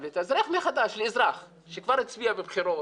להתאזרח מחדש לאזרח שכבר הצביע בבחירות,